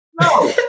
No